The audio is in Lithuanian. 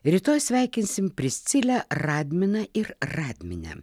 rytoj sveikinsim priscilę radminą ir radminę